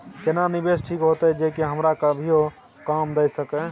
केना निवेश ठीक होते जे की हमरा कभियो काम दय सके?